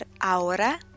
ahora